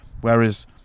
Whereas